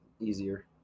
easier